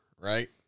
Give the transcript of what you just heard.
right